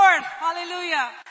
Hallelujah